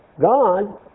God